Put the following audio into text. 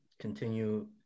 continue